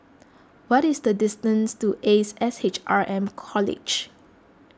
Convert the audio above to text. what is the distance to Ace S H R M College